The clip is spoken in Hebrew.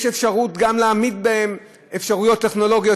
יש אפשרות להעמיד אפשרויות טכנולוגיות.